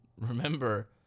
Remember